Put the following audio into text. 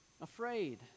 afraid